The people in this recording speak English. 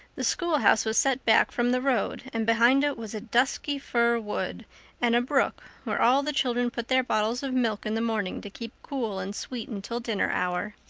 the schoolhouse was set back from the road and behind it was a dusky fir wood and a brook where all the children put their bottles of milk in the morning to keep cool and sweet until dinner hour.